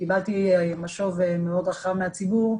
קיבלתי משוב מאוד רחב מהציבור,